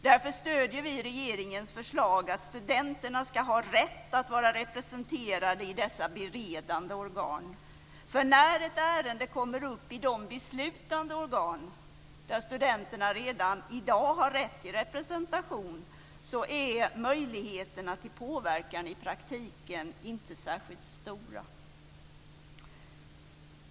Därför stöder vi regeringens förslag att studenterna ska ha rätt att vara representerade i dessa beredande organ, för när ett ärende kommer upp i de beslutande organ där studenterna redan i dag har rätt till representation är möjligheterna till påverkan i praktiken inte särskilt stora.